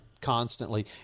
Constantly